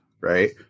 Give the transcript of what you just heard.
right